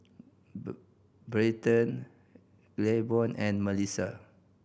Bryton Claiborne and Melisa